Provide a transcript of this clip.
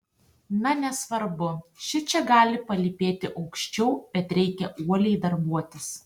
na nesvarbu šičia gali palypėti aukščiau bet reikia uoliai darbuotis